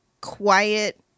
quiet